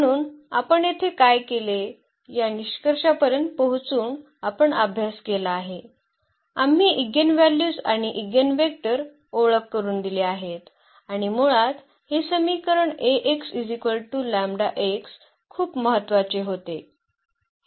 म्हणून आपण येथे काय केले या निष्कर्षापर्यंत पोहोचून आपण अभ्यास केला आहे आम्ही ईगेनव्हल्यूज आणि ईगेनवेक्टर ओळख करून दिले आहेत आणि मुळात हे समीकरण खूप महत्वाचे होते